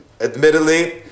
admittedly